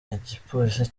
igipolisi